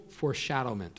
foreshadowment